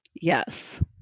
Yes